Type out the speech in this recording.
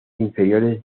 inferiores